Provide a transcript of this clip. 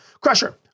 Crusher